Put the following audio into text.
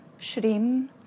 Shrim